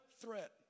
threat